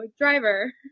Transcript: driver